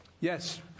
Yes